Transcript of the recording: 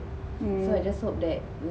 hmm